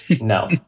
No